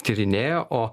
tyrinėja o